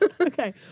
Okay